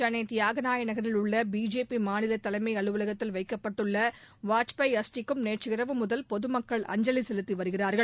சென்னை தியாகராய நகரில் உள்ள பிஜேபி மாநில தலைமை அலுவலகத்தில் வைக்கப்பட்டுள்ள வாஜ்பேயி அஸ்திக்கு நேற்றிரவு முதல் பொதுமக்கள் அஞ்சலி செலுத்தி வருகிறார்கள்